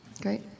Great